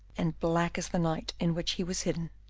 and black as the night in which he was hidden.